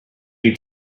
you